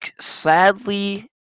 sadly